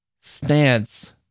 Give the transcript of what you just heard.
stance